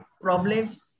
problems